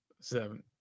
Seven